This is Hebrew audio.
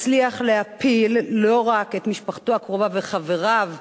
הצליח להפיל לא רק את משפחתו הקרובה ואת חבריו בזהות,